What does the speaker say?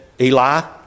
Eli